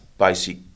basic